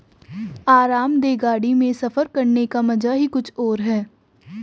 आरामदेह गाड़ी में सफर करने का मजा ही कुछ और है